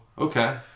Okay